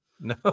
No